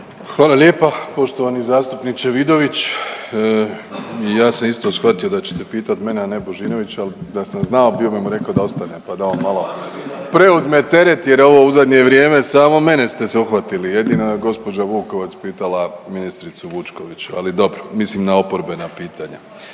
Hvala lijepa poštovani zastupniče Vidović i ja sam isto shvatio da ćete pitat mene, a ne Božinovića, al da sam znao bio bi mu rekao da ostane, pa da on malo preuzme teret jer ovo u zadnje vrijeme samo mene ste se uhvatili, jedino je gđa. Vukovac pitala ministricu Vučković, ali dobro, mislim na oporbena pitanja,